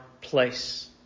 place